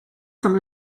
some